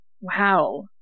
Wow